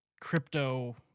crypto